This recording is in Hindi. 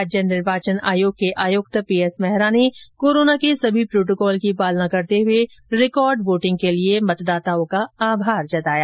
राज्य निर्वाचन आयोग के आयुक्त पीएस मेहरा ने कोरोना के सभी प्रोटोकॉल की पालना करते हुए रिकॉर्ड वोटिंग के लिए मतदाताओं का आभार जताया